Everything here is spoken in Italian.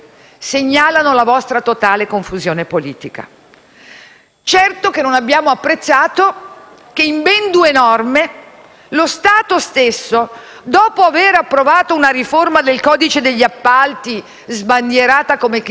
Certo che non abbiamo apprezzato che in ben due norme lo Stato stesso, dopo aver approvato una riforma del codice degli appalti, sbandierata come chissà quale conquista e che oggi, a distanza di pochi mesi, tutti